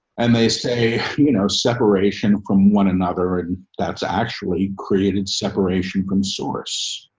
and they say, you know, separation from one another and that's actually created separation from source.